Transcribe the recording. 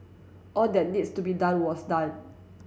all that needs to be done was done